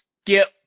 Skip